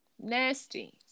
Nasty